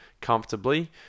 comfortably